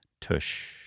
tush